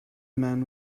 man